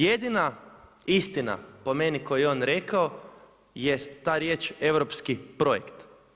Jedina istina po meni koju je on rekao jest ta riječ europski projekt.